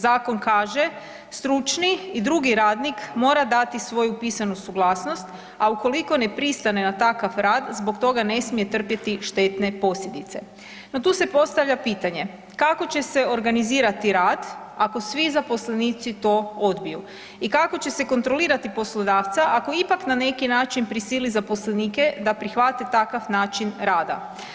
Zakon kaže: „Stručni i drugi radnik mora dati svoju pisanu suglasnost, a ukoliko ne pristane na takav rad zbog toga ne smije trpjeti štetne posljedice.“ No, tu se postavlja pitanje kako će se organizirati rad ako svi zaposlenici to odbiju i kako će se kontrolirati poslodavca ako ipak na neki način prisili zaposlenike da prihvate takav način rada?